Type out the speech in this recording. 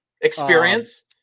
experience